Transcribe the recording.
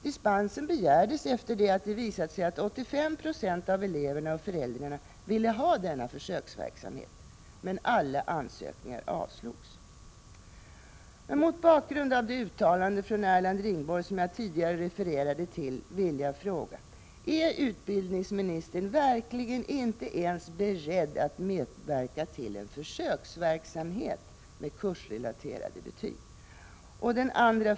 Dispensen begärdes efter det att det visat sig att 85 90 av eleverna och föräldrarna ville ha denna försöksverksamhet. Men alla ansökningar avslogs. Mot bakgrund av det uttalande från Erland Ringborg som jag tidigare refererade till vill jag fråga: Är utbildningsministern verkligen inte beredd att medverka ens till en försöksverksamhet med kursrelaterade betyg?